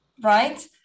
right